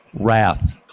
wrath